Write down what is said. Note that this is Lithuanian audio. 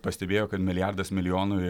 pastebėjo kad milijardas milijonui